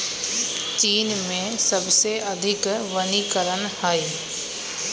चीन में सबसे अधिक वनीकरण हई